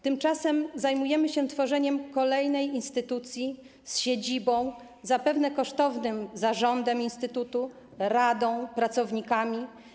Tymczasem zajmujemy się tworzeniem kolejnej instytucji z siedzibą, zapewne kosztownym zarządem instytutu, radą i pracownikami.